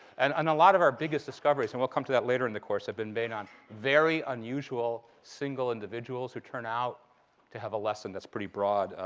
and and a lot of our biggest discoveries and we'll come to that later in the course have been made on very unusual single individuals who turn out to have a lesson that's pretty broad,